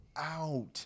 out